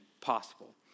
possible